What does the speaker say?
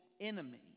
enemy